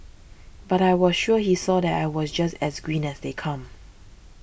but I was sure he saw that I was just as green as they come